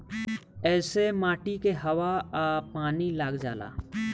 ऐसे माटी के हवा आ पानी लाग जाला